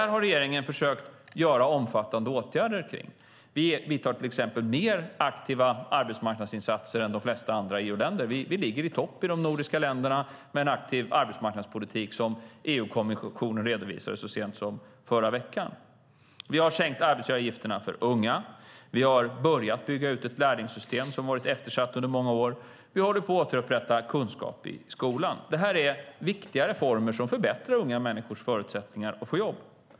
Regeringen har försökt vidta omfattande åtgärder kring det. Vi gör till exempel mer aktiva arbetsmarknadsinsatser än de flesta andra EU-länder. Vi ligger i topp i de nordiska länderna med en aktiv arbetsmarknadspolitik, som EU-kommissionen redovisade så sent som förra veckan. Vi har sänkt arbetsgivaravgifterna för unga. Vi har börjat bygga ut ett lärlingssystem som varit eftersatt under många år. Vi håller på att återupprätta kunskap i skolan. Detta är viktiga reformer som förbättrar unga människors förutsättningar att få jobb.